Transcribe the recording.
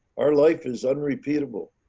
our life is unrepeatable.